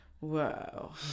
wow